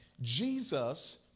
Jesus